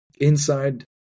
inside